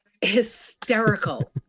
Hysterical